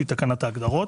שהיא תקנת ההגדרות.